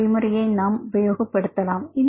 இந்த வழிமுறையை நாம் உபயோகப்படுத்தலாம்